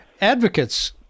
advocates